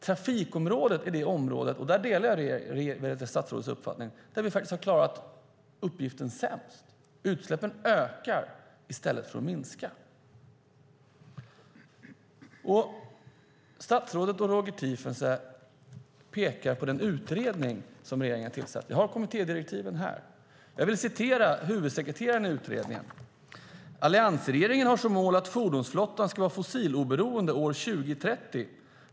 Jag delar statsrådets uppfattning att trafikområdet är det område där vi har klarat uppgiften sämst. Utsläppen ökar i stället för att minska. Statsrådet och Roger Tiefensee pekar på den utredning som regeringen har tillsatt. Jag har kommittédirektiven här. Jag vill läsa upp vad huvudsekreteraren i utredningen har sagt: Alliansregeringen har som mål att fordonsflottan ska vara fossiloberoende år 2030.